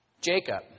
Jacob